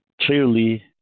clearly